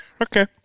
Okay